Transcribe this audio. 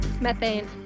Methane